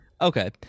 Okay